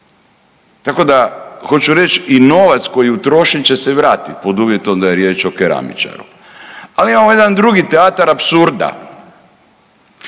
Tako da hoću reći i novac koji je utrošen će se vratiti pod uvjetom da je riječ o keramičaru. Ali imamo jedan drugi teatar apsurda.